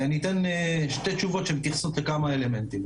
אני אתן שתי תשובות שמתייחסות לכמה אלמנטים.